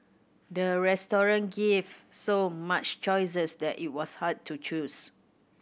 the restaurant gave so much choices that it was hard to choose